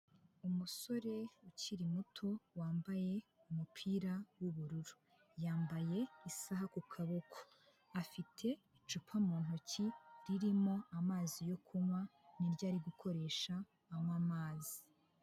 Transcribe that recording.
Umusore ukiri muto wambaye umupira w'ubururu yambaye isaha ku kaboko, afite icupa mu ntoki ririmo amazi yo kunywa, niryo ari gukoresha anywa amazi.